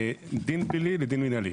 מעבירים דין פלילי לדין מינהלי.